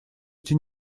эти